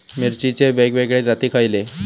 मिरचीचे वेगवेगळे जाती खयले?